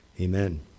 Amen